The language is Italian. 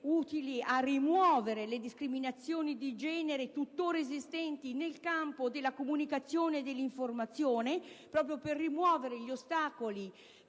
utile a rimuovere le discriminazioni di genere tuttora esistenti nel campo della comunicazione e dell'informazione, proprio per rimuovere gli ostacoli